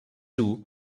two